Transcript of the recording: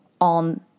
on